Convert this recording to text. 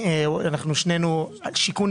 שכר